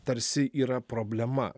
tarsi yra problema